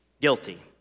guilty